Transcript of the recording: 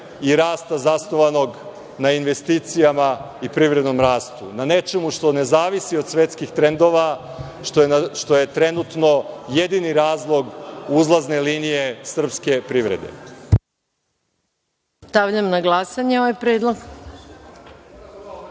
i rasta zasnovanog na investicijama i privrednom rastu, na nečemu što ne zavisi od svetskih trendova, što je trenutno jedini razlog uzlazne linije srpske privrede. **Maja Gojković** Stavljam na glasanje ovaj